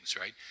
right